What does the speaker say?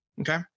okay